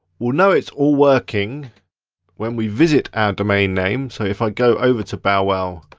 we'll know it's all working when we visit our domain name. so if i go over to bowwowtech,